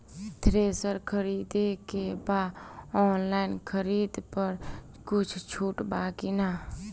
Thresher खरीदे के बा ऑनलाइन खरीद पर कुछ छूट बा कि न?